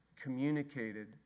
communicated